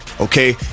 okay